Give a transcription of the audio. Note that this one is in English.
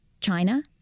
China